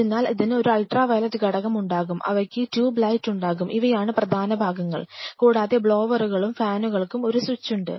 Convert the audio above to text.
അതിനാൽ ഇതിന് ഒരു അൾട്രാവയലറ്റ് ഘടകം ഉണ്ടാകും അവയ്ക്ക് ട്യൂബ് ലൈറ്റ് ഉണ്ടാകും ഇവയാണ് പ്രധാനഭാഗങ്ങൾ കൂടാതെ ബ്ലോവറുകൾക്കും ഫാനുകൾക്കും ഒരു സ്വിച്ച് ഉണ്ട്